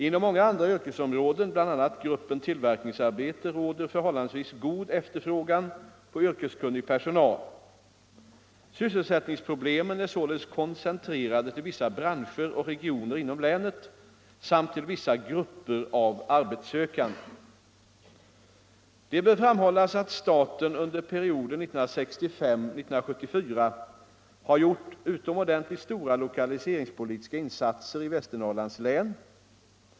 Inom många andra yr Torsdagen den kesområden, bl.a. gruppen tillverkningsarbete, råder förhållandevis god 20 februari 1975 efterfrågan på yrkeskunnig personal. Sysselsättningsproblemen är således koncentrerade till vissa branscher och regioner inom länet samt till vissa Om sysselsättningsgrupper av arbetssökande. läget i Västernorr Det bör framhållas att staten under perioden 1965-1974 har gjort utom = lands län ordentligt stora lokaliseringspolitiska insatser i Västernorrlands län.